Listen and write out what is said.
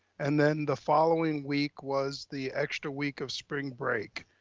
and then the following week was the extra week of spring break.